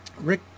Rick